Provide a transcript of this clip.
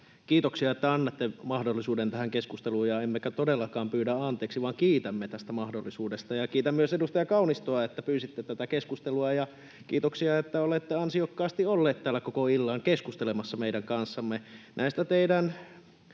Kiitoksia, että annatte mahdollisuuden tähän keskusteluun, emmekä todellakaan pyydä anteeksi, vaan kiitämme tästä mahdollisuudesta. Kiitän myös edustaja Kaunistoa, että pyysitte tätä keskustelua, ja kiitoksia, että olette ansiokkaasti ollut täällä koko illan keskustelemassa meidän kanssamme